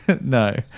No